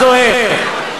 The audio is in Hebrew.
זוהיר,